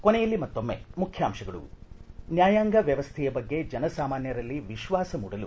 ಕೊನೆಯಲ್ಲಿ ಮತ್ತೊಮ್ಬೆ ಮುಖ್ಯಾಂಶಗಳು ನ್ನಾಯಾಂಗ ವ್ಣವಸ್ವೆಯ ಬಗ್ಗೆ ಜನಸಮಾನ್ಟರಲ್ಲಿ ವಿಶ್ವಾಸ ಮೂಡಲು